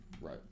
Right